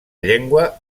llengua